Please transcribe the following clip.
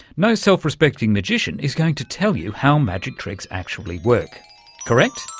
no self-respecting magician is going to tell you how magic tricks actually work correct?